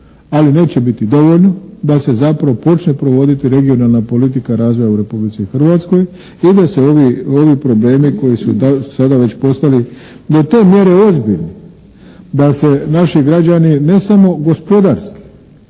ali neće biti dovoljno da se zapravo počne provoditi regionalna politika razvoja u Republici Hrvatskoj i da se ovi problemi koji su do sada već postali do te mjere ozbiljni da se naši građani ne samo gospodarski,